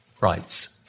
rights